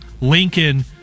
Lincoln